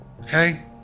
okay